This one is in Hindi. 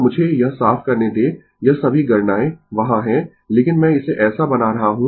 तो मुझे यह साफ करने दें यह सभी गणनाएं वहाँ है लेकिन मैं इसे ऐसा बना रहा हूं